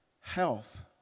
health